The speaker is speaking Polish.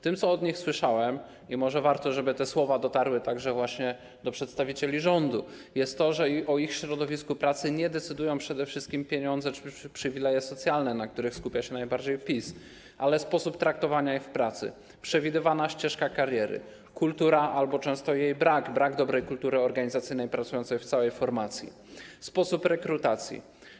Tym, co od nich słyszałem, i może warto, żeby te słowa dotarły także właśnie do przedstawicieli rządu, jest to, że o ich środowisku pracy nie decydują przede wszystkim pieniądze czy przywileje socjalne, na których skupia się najbardziej PiS, ale sposób traktowania ich w pracy, przewidywana ścieżka kariery, kultura albo często jej brak, brak dobrej kultury organizacyjnej w całej formacji, sposób rekrutacji.